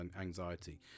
anxiety